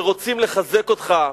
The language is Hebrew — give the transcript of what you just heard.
כשרוצים לחזק אותך,